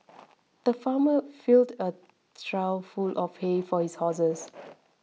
the farmer filled a trough full of hay for his horses